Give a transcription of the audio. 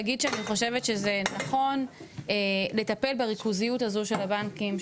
אגיד שאני חושבת שזה נכון לטפל בריכוזיות הזו של הבנקים,